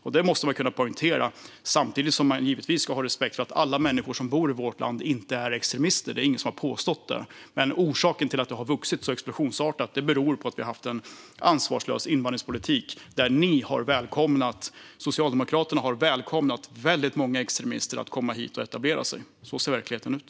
Detta måste man kunna poängtera, samtidigt som man givetvis ska ha respekt för att alla människor som bor i vårt land inte är extremister. Det är ingen som har påstått det. Men anledningen till att detta har vuxit så explosionsartat är att vi har haft en ansvarslös invandringspolitik där Socialdemokraterna har välkomnat väldigt många extremister att komma hit och etablera sig. Så ser verkligheten ut.